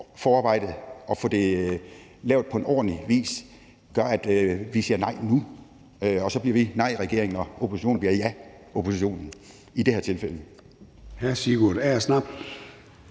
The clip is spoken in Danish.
forarbejde og få det lavet på en ordentlig vis, gør, at vi siger nej nu. Og så bliver vi nejregeringen og oppositionen bliver jaoppositionen i det her tilfælde.